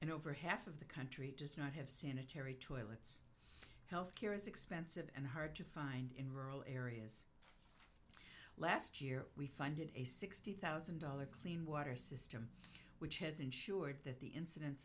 and over half of the country does not have sanitary toilets health care is expensive and hard to find in rural areas last year we funded a sixty thousand dollar clean water system which has ensured that the inciden